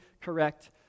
correct